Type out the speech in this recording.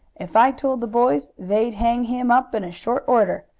if i told the boys they'd hang him up in short order.